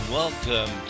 welcome